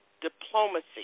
Diplomacy